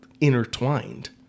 intertwined